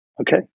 Okay